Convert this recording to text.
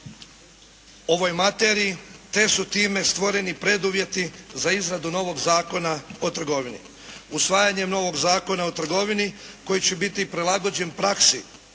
ovoj materiji, te su time stvoreni preduvjeti za izradu novog Zakona o trgovini. Usvajanjem novog Zakona o trgovini koji će biti i prilagođen praksi